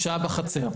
שעה בחצר.